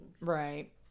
right